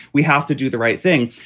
we have to do the right thing.